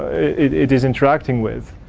it is interacting with.